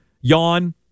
Yawn